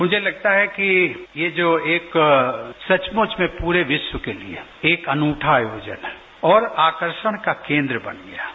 मुझे लगता है कि ये जो एक जो सचमुच में पूरे विश्व के लिए एक अनूठा आयोजन है और आकर्षण का केन्द्र बन गया है